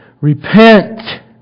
Repent